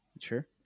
Sure